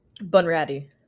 Bunratty